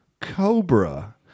Cobra